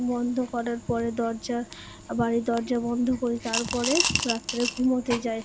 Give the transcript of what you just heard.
বন্ধ করার পরে দরজা বাড়ির দরজা বন্ধ করি তারপরে রাত্রে ঘুমোতে যাই